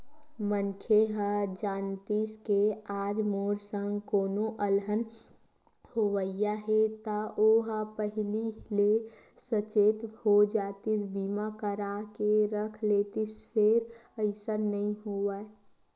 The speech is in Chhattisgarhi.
मनखे ह जानतिस के आज मोर संग कोनो अलहन होवइया हे ता ओहा पहिली ले सचेत हो जातिस बीमा करा के रख लेतिस फेर अइसन नइ होवय